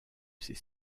ces